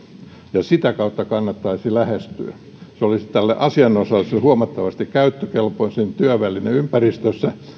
ja sitä kautta kannattaisi lähestyä se olisi asianosaiselle huomattavasti käyttökelpoisempi työväline ympäristössä